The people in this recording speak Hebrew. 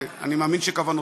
ואני מאמין שכוונותיו,